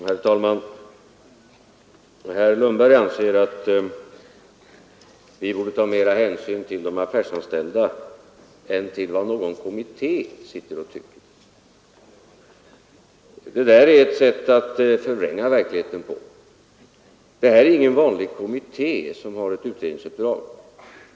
Herr talman! Herr Lundberg anser att vi borde ta mera hänsyn till de affärsanställda än till vad någon kommitté sitter och tycker. Det är att förvränga verkligheten. Det är ingen vanlig kommitté som har ett utredningsuppdrag.